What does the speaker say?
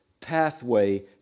pathway